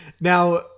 Now